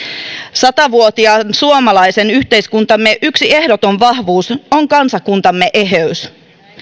sata vuotiaan suomalaisen yhteiskuntamme yksi ehdoton vahvuus on kansakuntamme eheys